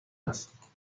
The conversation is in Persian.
است